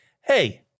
hey